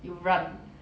you run